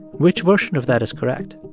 which version of that is correct?